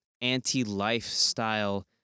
anti-lifestyle